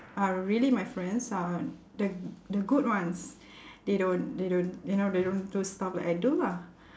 are really my friends are the the good ones they don't they don't you know they don't do stuff like I do lah